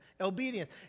obedience